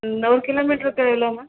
இந்த ஒரு கிலோமீட்டருக்கு எவ்வளோ மேம்